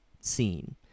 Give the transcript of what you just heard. scene